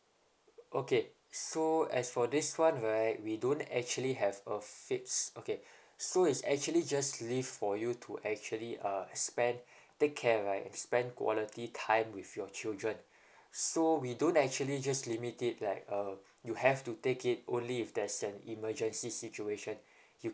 okay so as for this one right we don't actually have a fixed okay so it's actually just leave for you to actually uh spend take care right spend quality time with your children so we don't actually just limit it like uh you have to take it only if there's an emergency situation you